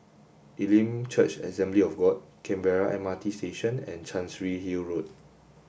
Elim Church Assembly of God Canberra M R T Station and Chancery Hill Road